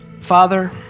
Father